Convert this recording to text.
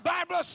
Bible